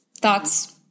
Thoughts